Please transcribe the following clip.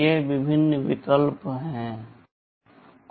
ये विभिन्न विकल्प हैं